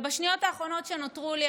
ובשניות האחרונות שנותרו לי,